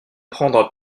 prendra